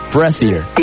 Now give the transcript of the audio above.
Breathier